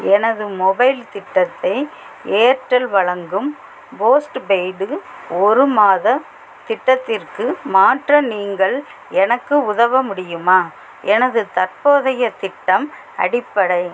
எனது மொபைல் திட்டத்தை ஏர்டெல் வலங்கும் போஸ்ட்பெய்டு ஒரு மாத திட்டத்திற்க்கு மாற்ற நீங்கள் எனக்கு உதவ முடியுமா எனது தற்போதைய திட்டம் அடிப்படை